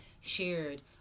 shared